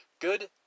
good